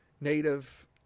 Native